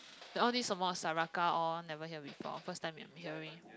then all these 什么 Saraka all never hear before first time I'm hearing